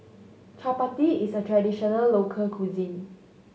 chappati is a traditional local cuisine